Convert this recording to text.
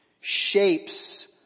shapes